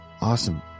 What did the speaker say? Awesome